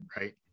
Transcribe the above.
right